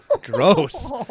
Gross